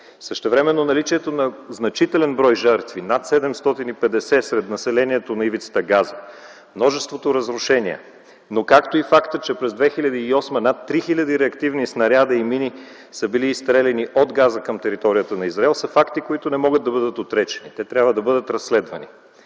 Същевременно наличието на значителен брой жертви – над 750 сред населението на ивицата Газа, множеството разрушения, но както и фактът, че през 2008 г. над 3000 реактивни снаряда и мини са били изстреляни от Газа към територията на Израел, са факти, които не могат да бъдат отречени. Те трябва да бъдат разследвани.